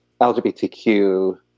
LGBTQ